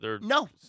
No